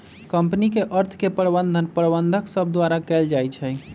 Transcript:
company अर्थ के प्रबंधन प्रबंधक सभ द्वारा कएल जाइ छइ